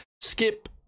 skip